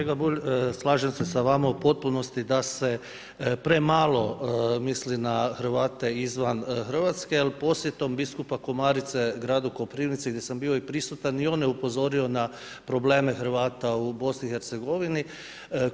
Kolega Bulj, slažem se s vama u potpunosti da se premalo misli na Hrvate izvan Hrvatske jer posjetom biskupa Komarice je gradu Koprivnici, gdje sam bio i prisutan, i on je upozorio na probleme Hrvata u BiH-u.